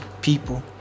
people